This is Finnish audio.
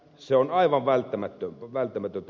se on aivan välttämätöntä